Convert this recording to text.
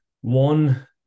one